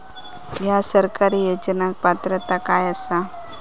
हया सरकारी योजनाक पात्रता काय आसा?